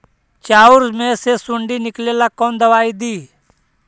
चाउर में से सुंडी निकले ला कौन दवाई दी?